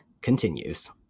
continues